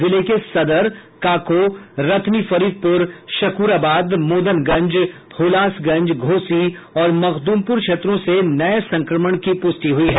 जिले के सदर काको रतनी फरीदपुर शक्राबाद मोदनगंज हुलासगंज घोषी और मखदुमपुर क्षेत्रों से नये संक्रमण की पुष्टि हुई है